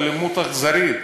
אלימות אכזרית.